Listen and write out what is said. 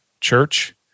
church